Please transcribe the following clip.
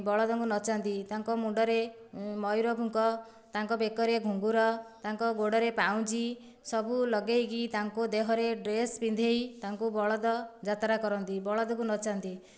ବଳଦଙ୍କୁ ନଚାନ୍ତି ତାଙ୍କ ମୁଣ୍ଡରେ ମୟୂର ଫୁଙ୍କ ତାଙ୍କ ବେକରେ ଘୁଙ୍ଗୁର ତାଙ୍କ ଗୋଡ଼ରେ ପାଉଁଜି ସବୁ ଲଗେଇକି ତାଙ୍କ ଦେହରେ ଡ୍ରେସ୍ ପିନ୍ଧେଇ ତାଙ୍କୁ ବଳଦ ଯାତ୍ରା କରନ୍ତି ବଳଦଙ୍କୁ ନଚାନ୍ତି